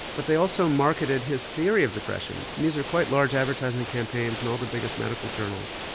but they also marketed his theory of depression, and these are quite large advertising campaigns in all the biggest medical journals.